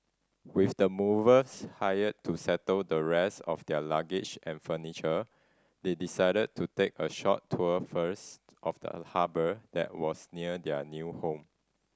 with the movers hired to settle the rest of their luggage and furniture they decided to take a short tour first of the harbour that was near their new home